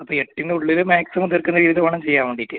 അപ്പോൾ എട്ടിൻ്റെ ഉള്ളിൽ മാക്സിമം തീർക്കുന്ന രീതിയിൽ വേണം ചെയ്യാൻ വേണ്ടിയിട്ട്